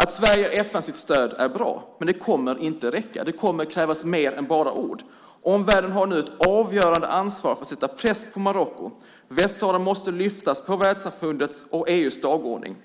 Att Sverige ger FN sitt stöd är bra, men det kommer inte att räcka. Det kommer att krävas mer än bara ord. Omvärlden har nu ett avgörande ansvar för att sätta press på Marocko. Västsahara måste lyftas fram på världssamfundets och EU:s dagordning.